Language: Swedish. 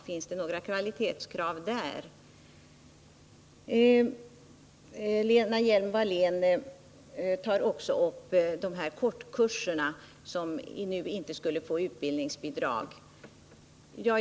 Finns det några kvalitetskrav där? Lena Hjelm-Wallén tar också upp frågan om kortkurserna och de elever som skulle komma att gå miste om sitt utbildningsbidrag.